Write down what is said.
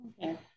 Okay